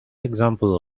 example